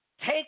take